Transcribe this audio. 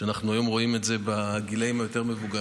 ואנחנו היום רואים את זה בגילאים היותר-מבוגרים,